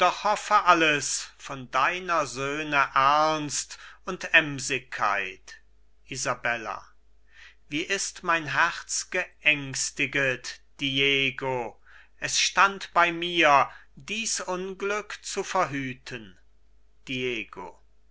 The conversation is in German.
alles von deiner söhne ernst und emsigkeit isabella wie ist mein herz geängstiget diego es stand bei mir dies unglück zu verhüten